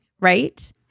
right